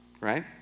right